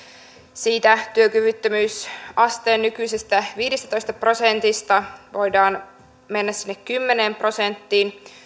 siitä työkyvyttömyysasteen nykyisestä viidestätoista prosentista voidaan nyt mennä sinne kymmeneen prosenttiin